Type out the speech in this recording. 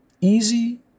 easy